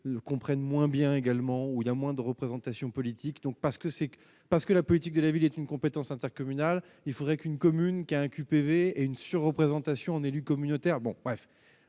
comprennent moins bien également où il y a moins de représentation politique donc pas ce que c'est qu'parce que la politique de la ville est une compétence intercommunale, il faudrait qu'une commune qui a un QPV et une sur-représentation en élus communautaires,